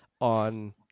on